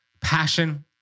passion